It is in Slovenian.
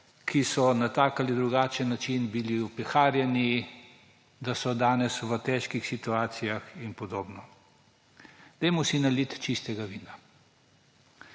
ki so na tak ali drugačen način bili opeharjeni, da so danes v težkih situacijah in podobno. si Nalijmo si čistega vina.